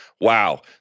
Wow